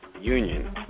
Union